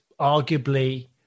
arguably